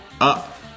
up